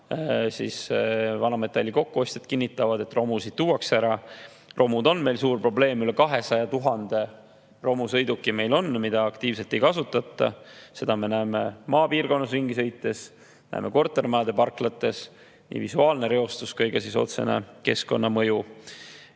vanametalli kokkuostjad kinnitavad, et romusid tuuakse ära. Romud on meil suur probleem, meil on üle 200 000 romusõiduki, mida aktiivselt ei kasutata. Me näeme seda maapiirkonnas ringi sõites, näeme kortermajade parklates – nii visuaalne reostus kui ka otsene keskkonnamõju.